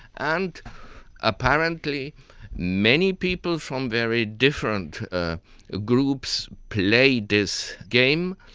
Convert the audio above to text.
and apparently many people from very different groups play this game,